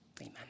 Amen